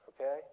okay